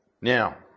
Now